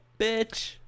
bitch